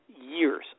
years